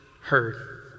heard